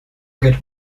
get